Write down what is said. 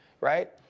right